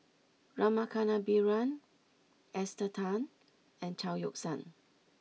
Rama Kannabiran Esther Tan and Chao Yoke San